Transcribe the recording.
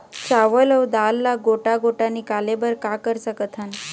चावल अऊ दाल ला गोटा गोटा निकाले बर का कर सकथन?